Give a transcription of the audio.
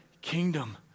kingdom